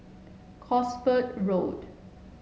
Cosford Road